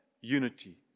unity